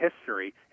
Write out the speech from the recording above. history